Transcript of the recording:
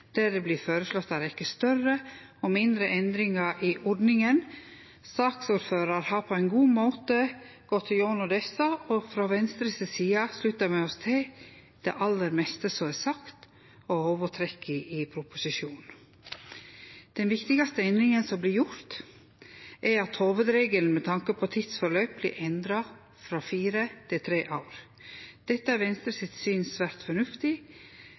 der det vert føreslått ei rekkje større og mindre endringar i ordninga. Saksordføraren har på ein god måte gått gjennom desse, og frå Venstre si side sluttar me oss til det aller meste som er sagt, og til hovudtrekka i proposisjonen. Den viktigaste endringa som vert gjort, er at hovudregelen med tanke på tida som går, vert endra frå fire til tre år. Det er etter Venstre sitt syn svært fornuftig,